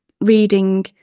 reading